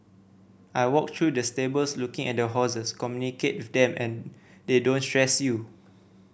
I walk through the stables looking at the horses communicate with them and they don't stress you